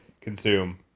consume